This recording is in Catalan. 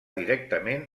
directament